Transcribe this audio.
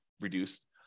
reduced